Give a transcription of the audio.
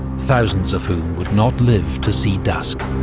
thousands of whom would not live to see dusk.